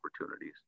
opportunities